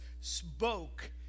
spoke